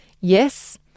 Yes